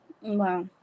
Wow